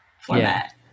format